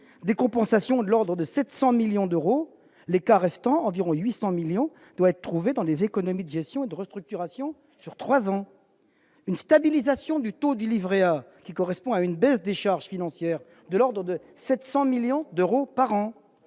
des compensations de l'ordre de 700 millions d'euros, les 800 millions d'euros restants doivent être trouvés par des économies de gestion et de restructuration sur trois ans. Une stabilisation du taux du Livret A correspondant à une baisse des charges financières de l'ordre de 700 millions d'euros par an,